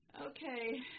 Okay